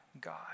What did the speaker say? God